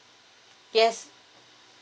yes